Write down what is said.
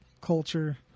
culture